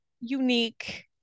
unique